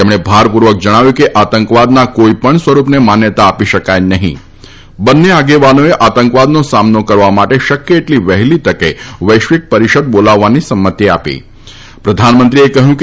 તેમણે ભારપૂર્વક જણાવ્યુંહતું કે આતંકવાદના કોઈપણ સ્વરૂપને માન્યતા આપી શકાય નહીંબંને આગેવાનોએ આતંકવાદનો સામનો કરવા માટે શક્ય એટલી વહેલી તકે વૈશ્વિક પરિષદ બોલાવવાની સંમતી પ્રધાનમંત્રીએ કહ્યું કે